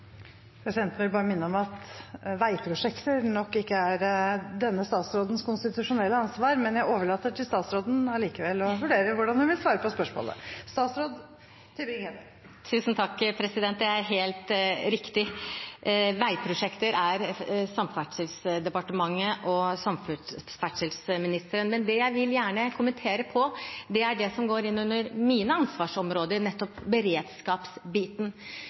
Presidenten vil bare minne om at veiprosjekter nok ikke er denne statsrådens konstitusjonelle ansvar, men jeg overlater likevel til statsråden å vurdere hvordan hun vil svare på spørsmålet. Det er helt riktig, veiprosjekter er Samferdselsdepartementet og samferdselsministerens ansvar, men det jeg gjerne vil kommentere, er det som hører inn under mine ansvarsområder, nettopp beredskapsbiten.